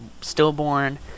stillborn